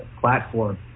platform